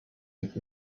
mit